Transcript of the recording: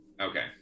Okay